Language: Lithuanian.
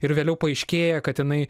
ir vėliau paaiškėja kad jinai